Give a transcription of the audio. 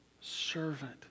servant